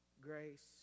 Grace